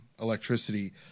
electricity